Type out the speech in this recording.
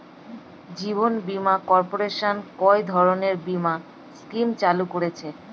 জীবন বীমা কর্পোরেশন কয় ধরনের বীমা স্কিম চালু করেছে?